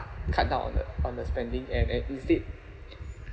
cut down on the on the spending and and instead